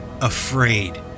afraid